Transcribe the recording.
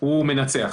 הוא מנצח.